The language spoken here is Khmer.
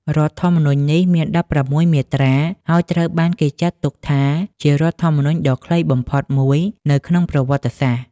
រដ្ឋធម្មនុញ្ញនេះមាន ១៦ មាត្រា ហើយត្រូវបានគេចាត់ទុកថាជារដ្ឋធម្មនុញ្ញដ៏ខ្លីបំផុតមួយនៅក្នុងប្រវត្តិសាស្ត្រ។